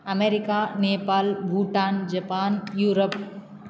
America Nepal Bhutan Japan Europe